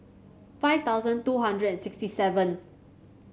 five thousand two hundred and sixty seventh